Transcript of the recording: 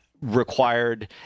required